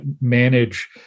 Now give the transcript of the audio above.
manage